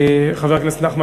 חבר הכנסת איציק שמולי,